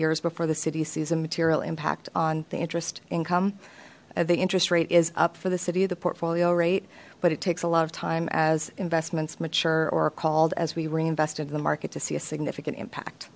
years before the city sees a material impact on the interest income the interest rate is up for the city of the portfolio rate but it takes a lot of time as investments mature or called as we reinvest into the market to see a significant impact